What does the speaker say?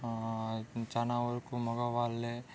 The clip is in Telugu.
చాలా వరకు మగవాళ్లే